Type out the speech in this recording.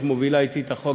שגם היא מובילה אתי את החוק,